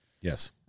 Yes